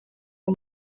ayo